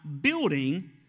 building